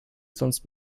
sonst